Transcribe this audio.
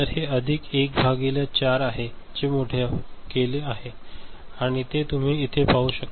तर हे अधिक 1 भागिले 4 आहे जे मोठे केले आहे आणि ते तुम्ही येथे पाहू शकता